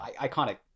iconic